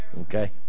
Okay